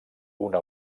una